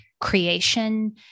creation